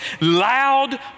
loud